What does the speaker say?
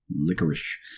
licorice